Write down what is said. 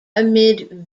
amid